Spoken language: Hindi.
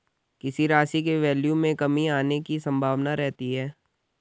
किसी राशि के वैल्यू में कमी आने की संभावना रहती है